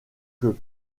que